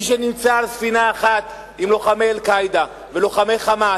מי שנמצא על ספינה אחת עם לוחמי "אל-קאעידה" ולוחמי "חמאס",